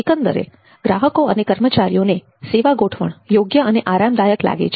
એકંદરે ગ્રાહકો તથા કર્મચારીઓને સેવા ગોઠવણ યોગ્ય અને આરામદાયક લાગે છે